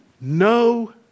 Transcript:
No